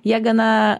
jie gana